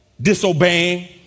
disobeying